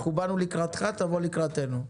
באנו לקראתך, תבוא לקראתנו.